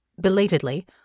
Belatedly